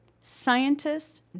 scientists